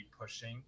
pushing